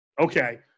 Okay